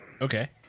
Okay